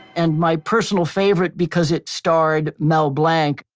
and my personal favorite because it starred mel blanc,